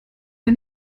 der